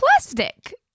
plastic